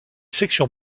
section